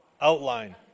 outline